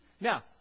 Now